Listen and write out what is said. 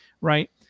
right